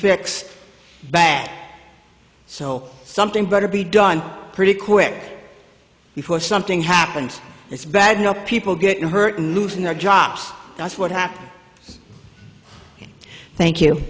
fixed back so something better be done pretty quick before something happens it's bad you know people get hurt losing their jobs that's what happened thank you